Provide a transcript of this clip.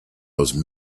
those